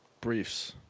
Briefs